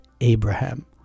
Abraham